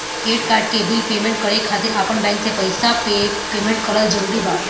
Credit card के bill payment करे खातिर आपन बैंक से पईसा पेमेंट करल जरूरी बा?